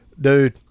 Dude